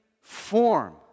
form